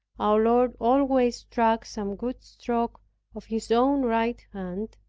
our lord always struck some good stroke of his own right hand,